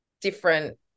different